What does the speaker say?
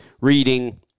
reading